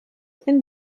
and